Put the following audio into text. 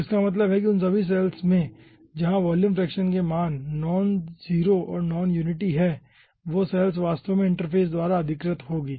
तो इसका मतलब है कि उन सभी सैल्स में जहां वॉल्यूम फ्रैक्शन के मान नॉन 0 और नॉन यूनिटी हैं वो सैल्स वास्तव में इंटरफ़ेस द्वारा अधिकृत होगी